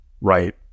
right